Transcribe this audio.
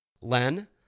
Len